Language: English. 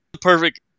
perfect